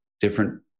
different